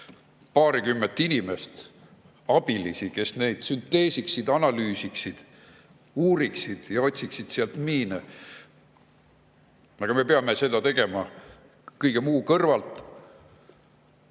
paarikümmet inimest, abilisi, kes neid sünteesiksid, analüüsiksid, uuriksid ja otsiksid sealt miine. Aga meie peame seda tegema kõige muu kõrvalt.